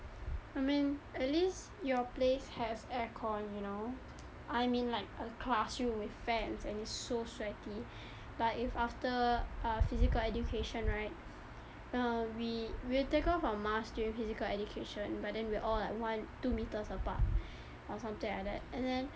I mean at least your place has aircon you know I'm in like a classroom with fans and it's so sweaty like if after ah physical education right uh we we'll take off our mask during physical education but then we're all like one two metres apart or something like that and then